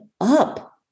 up